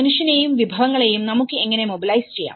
മനുഷ്യനെയും വിഭവങ്ങളെയും നമുക്ക് എങ്ങനെ മൊബ് ലൈസ് ചെയ്യാം